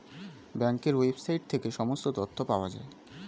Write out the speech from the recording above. ব্যাঙ্কের ওয়েবসাইট থেকে সমস্ত তথ্য পাওয়া যায়